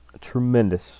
tremendous